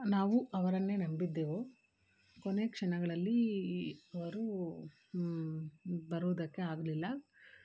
ನಾವು ಅವರನ್ನೆ ನಂಬಿದ್ದೆವು ಕೊನೆ ಕ್ಷಣಗಳಲ್ಲಿ ಅವರು ಬರೋದಕ್ಕೆ ಆಗಲಿಲ್ಲ